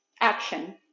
action